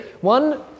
one